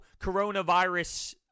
coronavirus